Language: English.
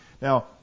Now